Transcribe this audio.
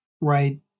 Right